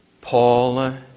Paul